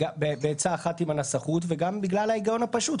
בעצה אחת עם הנסחות וגם בגלל ההיגיון הפשוט,